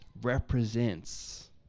represents